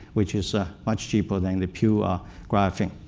which is much cheaper than the pure graphene.